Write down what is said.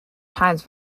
times